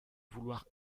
vouloir